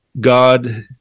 God